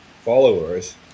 followers